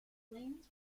lanes